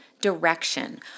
direction